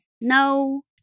no